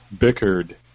bickered